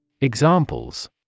Examples